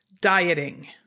dieting